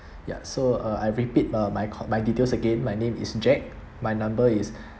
ya so uh I repeat uh my my details again my name is jack my number is